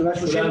של ה-130 אלף,